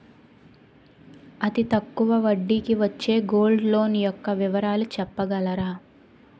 అతి తక్కువ వడ్డీ కి వచ్చే గోల్డ్ లోన్ యెక్క వివరాలు చెప్పగలరా?